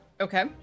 Okay